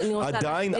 עדיין,